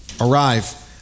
arrive